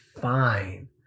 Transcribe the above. fine